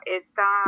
esta